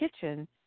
kitchen